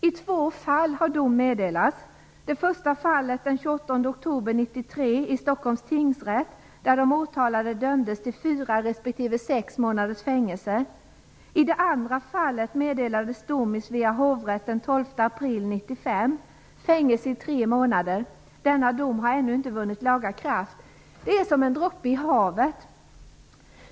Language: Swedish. I två fall har dom meddelats. I det första fallet den 28 oktober 1993 i Stockholms tingsrätt dömdes de åtalade till fyra respektive sex månaders fängelse. I det andra fallet meddelades dom i Svea hovrätt den 12 april 1995: fängelse i tre månader. Denna dom har ännu inte vunnit laga kraft. Detta är som en droppe i havet.